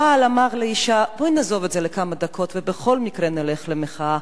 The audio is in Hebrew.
הבעל אמר לאשה: בואי נעזוב את זה לכמה דקות ובכל מקרה נלך למחאה.